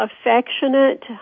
affectionate